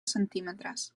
centímetres